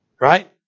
Right